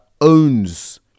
owns